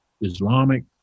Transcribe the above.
Islamic